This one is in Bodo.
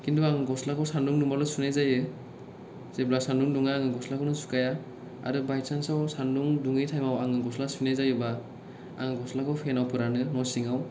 किन्टु आं गस्लाखौ सानदुं दुंब्लाल' सुनाय जायो जेब्ला सानदुं दुङा आं गस्लाखौनो सुखाया आरो बायसानसआव सानदुं दुङै थाइमाव आं गस्ला सुनाय जायोब्ला आं गस्लाखौ फेनआव फोरानो न' सिङाउ